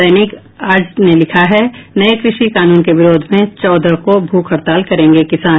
दैनिक आज ने लिखा है नये कृषि कानून के विरोध में चौदह को भूख हड़ताल करेंगे किसान